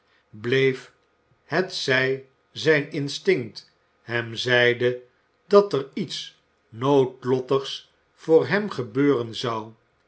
bleef hetzij zijn instinct hem zeide dat er iets noodlottigs voor hem gebeuren zou